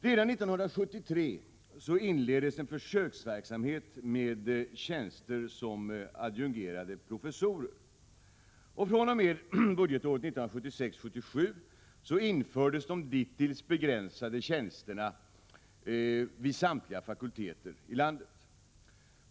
Redan år 1973 inleddes en försöksverksamhet med tjänster som adjungerade professorer, och fr.o.m. budgetåret 1976/77 infördes de dittills begränsade tjänsterna vid samtliga fakulteter i landet.